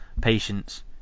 patience